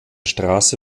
straße